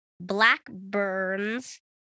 Blackburn's